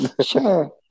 Sure